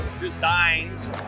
designs